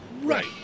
Right